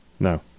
No